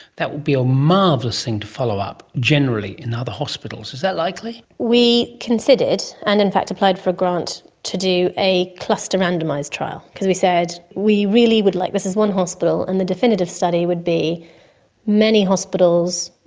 that would be a marvellous thing to follow up generally in other hospitals. is that likely? we considered and in fact applied for a grant to do a cluster randomised trial. because we said we really would like, this is one hospital, and a definitive study would be many hospitals,